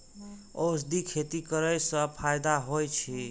औषधि खेती करे स फायदा होय अछि?